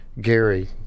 Gary